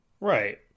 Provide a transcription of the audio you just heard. right